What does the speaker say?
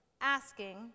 asking